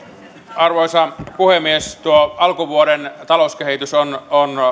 arvoisa puhemies tuo alkuvuoden talouskehitys on on